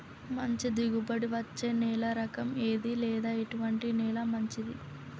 మంచి దిగుబడి ఇచ్చే నేల రకం ఏది లేదా ఎటువంటి నేల మంచిది?